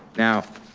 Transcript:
now,